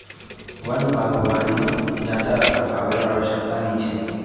वन बागवानीत ज्यादा रखरखावेर आवश्यकता नी छेक